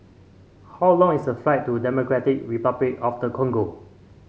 how long is the flight to Democratic Republic of the Congo